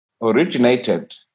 originated